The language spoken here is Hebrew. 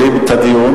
הממשלה.